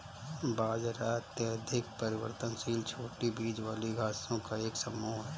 बाजरा अत्यधिक परिवर्तनशील छोटी बीज वाली घासों का एक समूह है